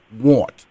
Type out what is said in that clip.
want